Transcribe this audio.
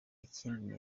ikindi